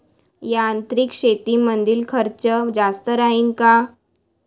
यांत्रिक शेतीमंदील खर्च जास्त राहीन का?